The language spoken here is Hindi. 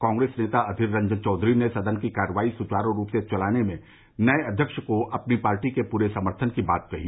कांग्रेस नेता अधीर रंजन चौधरी ने सदन की कार्यवाही सुचारू रूप से चलाने में नए अध्यक्ष को अपनी पार्टी के पूरे समर्थन की बात कही